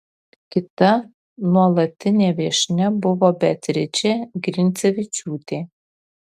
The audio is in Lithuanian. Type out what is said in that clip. kita nuolatinė viešnia buvo beatričė grincevičiūtė